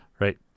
right